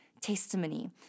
testimony